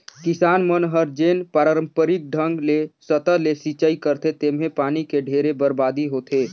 किसान मन हर जेन पांरपरिक ढंग ले सतह ले सिचई करथे तेम्हे पानी के ढेरे बरबादी होथे